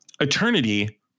Eternity